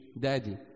Daddy